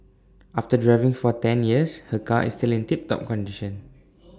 after driving for ten years her car is still in tip top condition